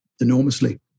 enormously